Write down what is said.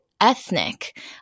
Ethnic